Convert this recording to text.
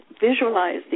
visualize